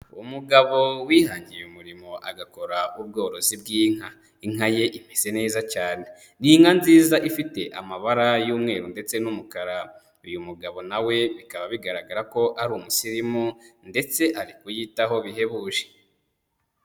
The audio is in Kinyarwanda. Umugabo wihangiye umurimo agakora ubworozi bw'inka, inka ye imeze neza cyane, ni inka nziza ifite amabara y'umweru ndetse n'umukara, uyu mugabo nawe bikaba bigaragara ko ari umusirimu ndetse ari kuyitaho bihebuje.